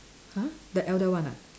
!huh! the elder one ah